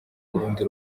urundi